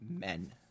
men